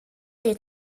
des